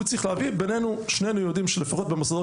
הוא צריך להביא בינינו שנינו יודעים שלפחות במוסדות